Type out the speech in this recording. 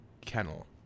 kennel